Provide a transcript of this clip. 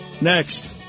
next